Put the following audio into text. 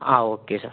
ആ okay sir